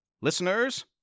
listeners